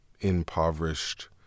impoverished